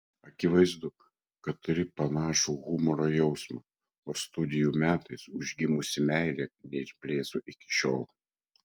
akivaizdu kad turi panašų humoro jausmą o studijų metais užgimusi meilė neišblėso iki šiol